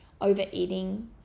overeating